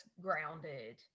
grounded